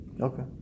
Okay